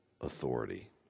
authority